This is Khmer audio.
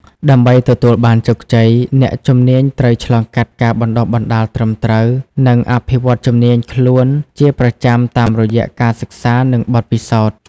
ដើម្បីទទួលបានជោគជ័យ អ្នកជំនាញត្រូវឆ្លងកាត់ការបណ្ដុះបណ្ដាលត្រឹមត្រូវ និងអភិវឌ្ឍជំនាញខ្លួនជាប្រចាំតាមរយៈការសិក្សានិងបទពិសោធន៍។